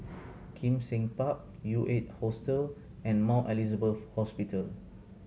Kim Seng Park U Eight Hostel and Mount Elizabeth Hospital